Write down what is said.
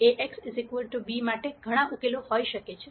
A x b માટે ઘણા ઉકેલો હોઈ શકે છે